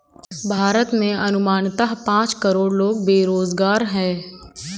भारत में अनुमानतः पांच करोड़ लोग बेरोज़गार है